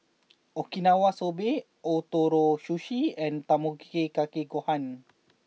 Okinawa Soba Ootoro Sushi and Tamago Kake Gohan